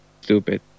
stupid